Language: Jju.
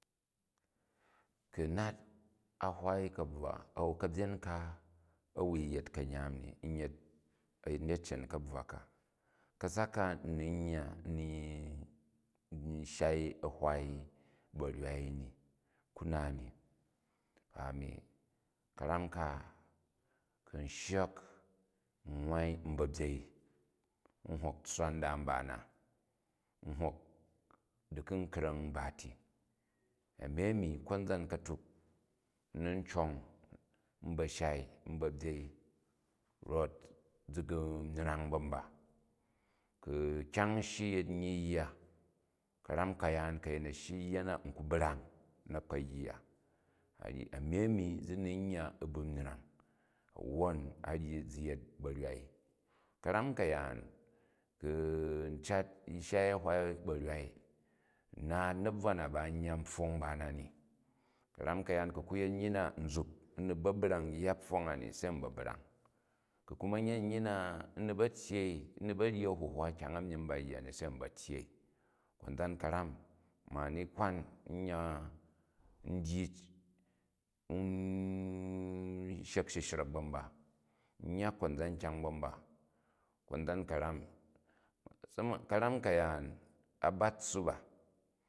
Ku̱ n na a hwai ka̱bvwa a̱n ka̱byen ka a̱ wui yet ka̱yaam ni, n yet a̱nccen kabvwa ka. ka̱sak ka na ni u yyaa n ni shai a̱hwai barywai ni ku na ni. ku u shyek n nwwai u ba byen, n hok tsswa nda mba na, n hok diku̱ kra̱ng mba ti. A̱mni a̱mi konzan ka̱tuk, no ni n cong n ba̱ shai, n ba̱ byer rot zi gu̱ myrang ba̱ mba. Ku̱ kyang n shyi yet nyyi yya, ka̱ram ka̱yaan ku̱ a̱yin a shyi u yya na, n ku brang na̱ kpo yya, a ryi a̱ni ami zi ni u yya u̱ bu n myrang wwon a ryi zi yet barwai. Ka̱ram, ka̱yaan ku̱ u cat shai ghwan barwai, n naat u̱ na̱bvwu na ba n yya npfong mba na ni, ka̱rana ka̱yaan ku̱ ku yet nyyi na nzuk u ni ba brany yya pfong a ni se u ba̱ brang. Ku kuma̱ yet nyyina n ni ba̱ tyyei, n ai ba̱ ryi a̱huhwa kyong a myim ba yya ni se n ba̱ tyyen. Konzan ka̱ran ma n ni kwan u yya, n dyi n shrek shi shrek ba̱ mba, n yya konzan kyang ba̱ mba. Kozan ka̱ran, ma̱saman ka̱ram ka̱ryaan, a bat tssupa.